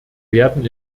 werden